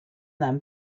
them